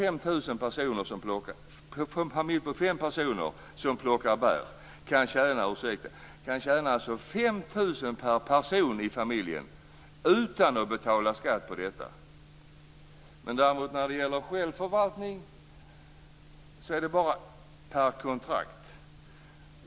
En familj på fem personer som plockar bär kan alltså tjäna 5 000 per person i familjen utan att betala skatt på detta. När det däremot gäller självförvaltning är det bara per kontrakt.